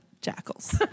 jackals